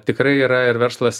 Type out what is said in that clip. tikrai yra ir verslas